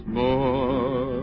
more